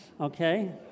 Okay